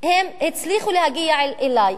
הם הצליחו להגיע אלי.